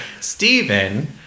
Stephen